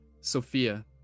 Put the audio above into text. Sophia